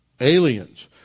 aliens